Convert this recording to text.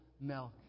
milk